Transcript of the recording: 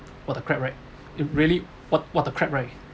what the crap right it really what what the crap right